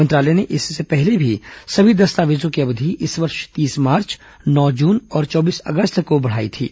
मंत्रालय ने इससे पहले भी सभी दस्तावेजों की अवधि इस वर्ष तीस मार्च नौ जून और चौबीस अगस्त को बढ़ाई थी